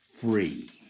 free